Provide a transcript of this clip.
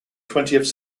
twentieth